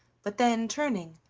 but then turning,